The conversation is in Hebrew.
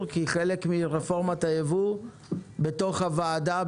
כי בחלק מרפורמת הייבוא בתוך הוועדה,